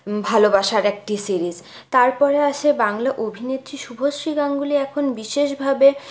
ভালোবাসার একটি সিরিজ তার পরে আসে বাংলা অভিনেত্রী শুভশ্রী গাঙ্গুলি এখন বিশেষভাবে